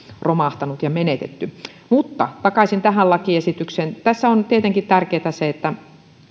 romahtanut ja menetetty mutta takaisin tähän lakiesitykseen tässä on tietenkin tärkeätä se että